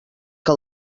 que